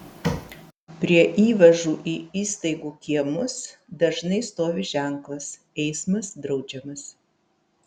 prie įvažų į įstaigų kiemus dažnai stovi ženklas eismas draudžiamas